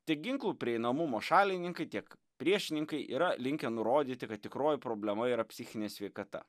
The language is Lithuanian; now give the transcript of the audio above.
tiek ginklų prieinamumo šalininkai tiek priešininkai yra linkę nurodyti kad tikroji problema yra psichinė sveikata